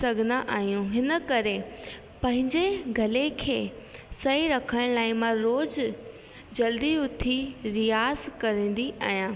सघंदा आहियूं हिन करे पंहिंजे गले खे सही रखण लाइ मां रोज़ु जल्दी उथी रियाज़ु कंदी आहियां